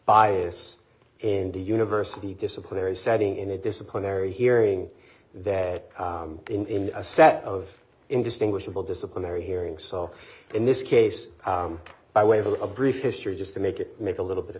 bias in the university disciplinary setting in a disciplinary hearing there in a set of indistinguishable disciplinary hearing so in this case by way of a brief history just to make it make a little bit of